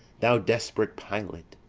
thou desperate pilot,